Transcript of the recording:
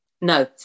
No